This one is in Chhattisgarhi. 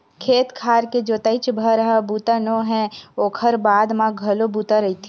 खेत खार के जोतइच भर ह बूता नो हय ओखर बाद म घलो बूता रहिथे